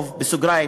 במירכאות,